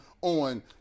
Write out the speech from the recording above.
on